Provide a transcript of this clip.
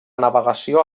navegació